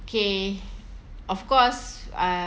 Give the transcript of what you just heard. okay of course I